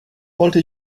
wollte